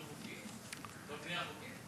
בבנייה החוקית?